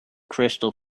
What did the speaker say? crystal